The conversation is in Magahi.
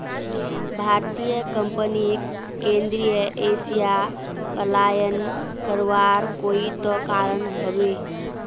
भारतीय कंपनीक केंद्रीय एशिया पलायन करवार कोई त कारण ह बे